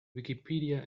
wikipedia